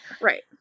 right